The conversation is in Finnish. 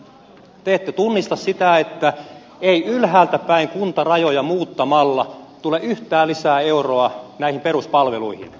te ette tunnista sitä että ei ylhäältä päin kuntarajoja muuttamalla tule yhtään lisäeuroa näihin peruspalveluihin